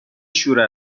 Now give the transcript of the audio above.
شور